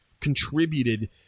contributed